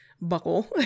buckle